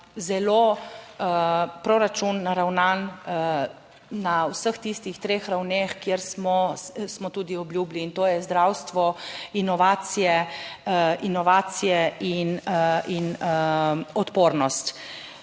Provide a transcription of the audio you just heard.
zelo proračun naravnan na vseh tistih treh ravneh kjer smo, smo tudi obljubili in to je zdravstvo, inovacije in odpornost.